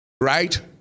right